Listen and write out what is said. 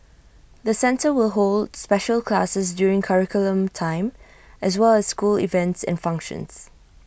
the centre will hold special classes during curriculum time as well as school events and functions